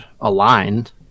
aligned